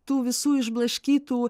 tų visų išblaškytų